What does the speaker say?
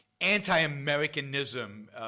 anti-Americanism